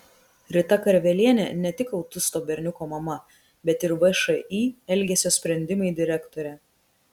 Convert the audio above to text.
rita karvelienė ne tik autisto berniuko mama bet ir všį elgesio sprendimai direktorė